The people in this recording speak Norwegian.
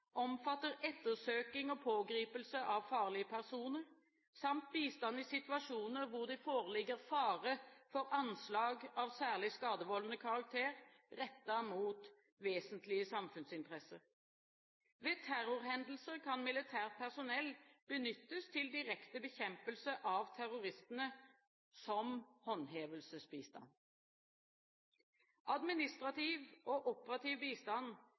omfatter ettersøking og pågripelse av farlige personer samt bistand i situasjoner hvor det foreligger fare for anslag av særlig skadevoldende karakter rettet mot vesentlige samfunnsinteresser. Ved terrorhendelser kan militært personell benyttes til direkte bekjempelse av terroristene som håndhevelsesbistand. Administrativ og operativ bistand